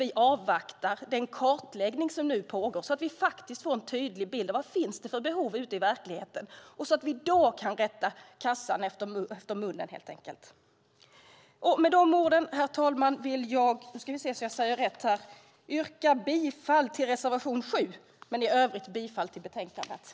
Vi avvaktar den kartläggning som pågår för att få en tydlig bild av vilka behov som finns så att vi kan rätta kassan efter munnen. Med de orden yrkar jag bifall till reservation 7 och i övrigt till förslaget i betänkandet. I detta anförande instämde Nina Lundström och Anna Steele .